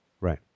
Right